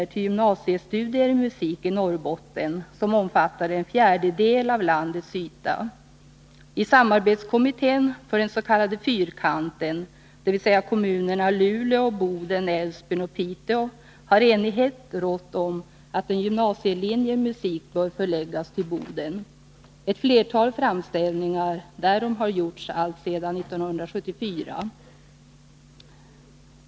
I samarbetskommittén för den s.k. Fyrkanten, som utgörs av kommunerna Luleå, Boden, Älvsbyn och Piteå, har enighet rått om att en gymnasielinje i musik bör förläggas till Boden. Ett flertal framställningar därom har gjorts alltsedan 1974.